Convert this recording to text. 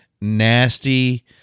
nasty